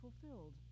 fulfilled